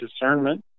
discernment